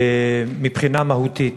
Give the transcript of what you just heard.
מבחינה מהותית.